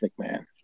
McMahon